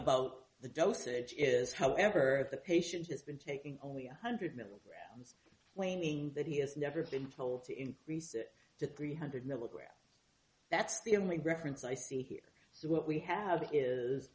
about the dosage is however the patient has been taking only one hundred milligrams claiming that he has never been full to increase it to three hundred milligrams that's the only reference i see here so what we have i